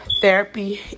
therapy